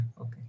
Okay